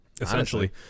Essentially